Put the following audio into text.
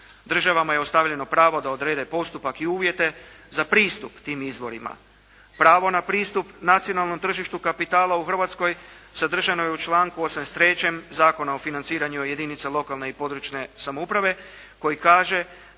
Državama je ostavljeno pravo da odrede postupak i uvjete za pristup tim izvorima. Pravo na pristup nacionalnom tržištu kapitala u Hrvatskoj sadržano je u članku 83. Zakona o financiranju jedinica lokalne i područne samouprave koji kaže